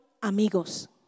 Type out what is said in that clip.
amigos